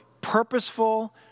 purposeful